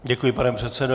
Děkuji, pane předsedo.